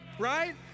Right